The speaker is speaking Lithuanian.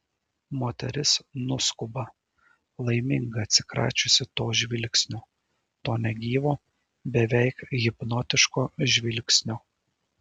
moteris nuskuba laiminga atsikračiusi to žvilgsnio to negyvo beveik hipnotiško žvilgsnio